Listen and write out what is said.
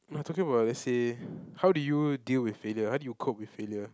no I talking about let's say how do you deal with failure how do you cope with failure